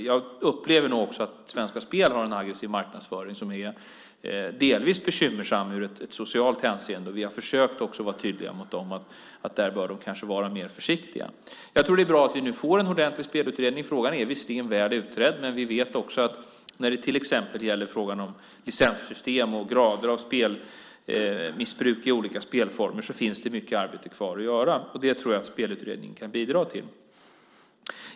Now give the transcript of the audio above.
Jag upplever nog att också Svenska Spel har en aggressiv marknadsföring som är delvis bekymmersam i ett socialt hänseende, och vi har försökt vara tydliga i att de bör vara mer försiktiga. Det är bra att vi nu får en ordentlig spelutredning. Frågan är visserligen väl utredd, men när det till exempel gäller frågan om licenssystem och grader av spelmissbruk i olika spelformer finns det mycket arbete kvar att göra, och det tror jag att Spelutredningen kan bidra till.